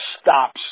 stops